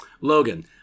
Logan